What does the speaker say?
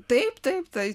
taip taip tai